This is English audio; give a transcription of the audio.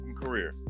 career